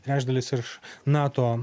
trečdalis iš nato